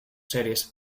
seres